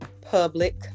public